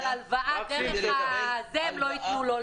אבל הלוואה דרך זה הם לא יתנו לו,